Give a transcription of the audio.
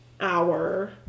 hour